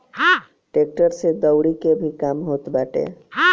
tractor से दवरी के भी काम होत बाटे